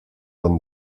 than